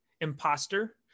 imposter